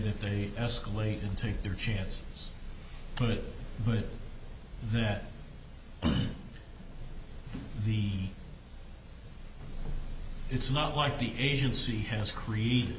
if they escalate and take their chances put it that the it's not like the agency has created